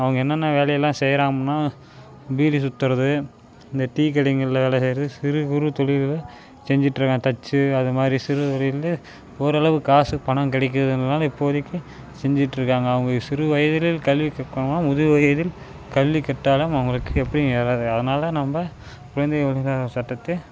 அவங்க என்னென்ன வேலையெல்லாம் செய்கிறாம்னா பீடி சுற்றுறது இந்த டீ கடைங்களில் வேலை செய்வது சிறு குறு தொழில்களை செஞ்சுட்ருக்காங்க தச்சு அது மாதிரி சிறு தொழிலில் ஒரளவு காசு பணம் கிடைக்கிறதுனால இப்போதைக்கு செஞ்சுட்ருக்காங்க அவங்க சிறு வயதிலே கல்வி கற்றாலும் முது வயதில் கல்வி கற்றாலும் அவர்களுக்கு எப்டியும் ஏறாது அதனால நம்ப குழந்தை தொழிலாளர் சட்டத்தை